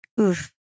Oof